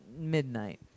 midnight